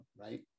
right